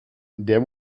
der